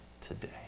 today